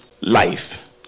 life